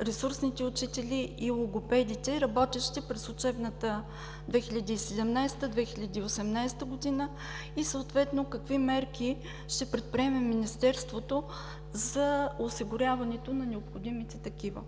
ресурсните учители и логопедите, работещи през учебната 2017 – 2018 г.? И съответно какви мерки ще предприеме Министерството за осигуряването на необходимите такива?